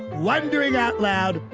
wondering out loud,